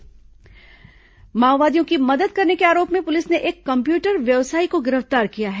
माओवादी शहरी नेटवर्क माओवादियों की मदद करने के आरोप में पुलिस ने एक कम्प्यूटर व्यवसायी को गिरफ्तार किया है